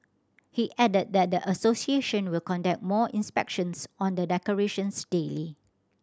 he added that the association will conduct more inspections on the decorations daily